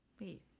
Wait